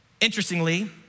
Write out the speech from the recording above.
interestingly